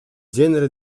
genere